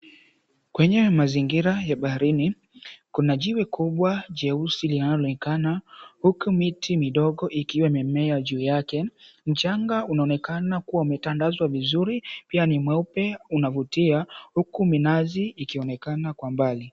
Kwenye mazingira ya baharini, kuna jiwe kubwa jeusi linaloonekana. Huku miti midogo ikiwa imemea juu yake. Mchanga unaonekana kuwa umetandazwa vizuri, pia ni mweupe unavutia, huku minazi ikionekana kwa mbali.